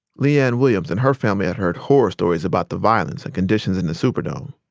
le-ann williams and her family had heard horror stories about the violence and conditions in the superdome.